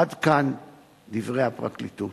עד כאן דברי הפרקליטות.